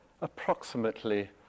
approximately